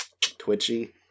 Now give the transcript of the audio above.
Twitchy